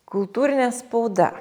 kultūrinė spauda